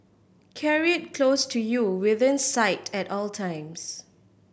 carry it close to you within sight at all times